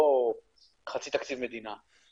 לא חצי תקציב מדינה.